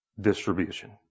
distribution